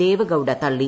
ദേവഗൌഡ തള്ളി